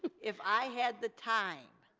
if i had the time,